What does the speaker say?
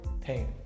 pain